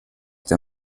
der